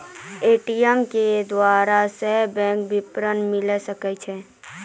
ATM के द्वारा सेहो बैंक विबरण मिले सकै छै